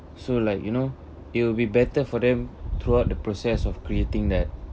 so like you know it'll be better for them throughout the process of creating that